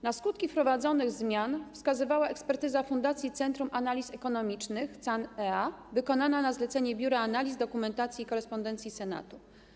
Na skutki wprowadzonych zmian wskazywała ekspertyza fundacji Centrum Analiz Ekonomicznych, CenEA, wykonana na zlecenie Biura Analiz, Dokumentacji i Korespondencji Senatu.